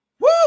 Woo